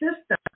system